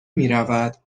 میرود